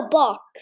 box